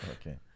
Okay